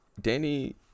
Danny